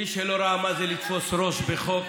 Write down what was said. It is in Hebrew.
מי שלא ראה מה זה לתפוס ראש בחוק,